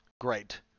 Great